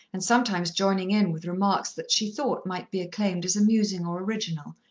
and sometimes joining in with remarks that she thought might be acclaimed as amusing or original,